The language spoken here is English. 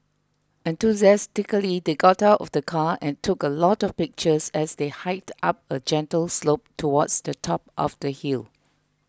enthusiastically they got out of the car and took a lot of pictures as they hiked up a gentle slope towards the top of the hill